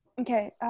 Okay